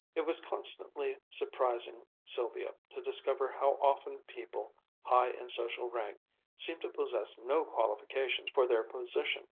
it was constantly surprising sylvia to discover how often people high in social rank seemed to possess no qualifications for their position.